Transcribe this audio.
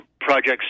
projects